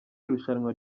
irushanwa